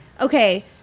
okay